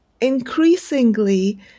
increasingly